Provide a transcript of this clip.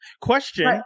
Question